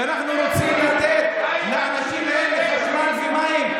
אנחנו רוצים לתת לאנשים האלה חשמל ומים.